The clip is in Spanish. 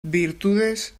virtudes